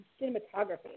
cinematography